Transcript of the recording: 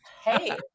Hey